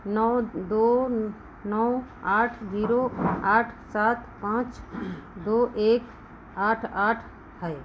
नौ दो नौ आठ जीरो आठ सात पाँच दो एक आठ आठ है